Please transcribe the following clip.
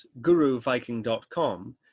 guruviking.com